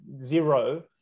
zero